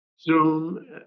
Zoom